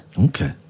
Okay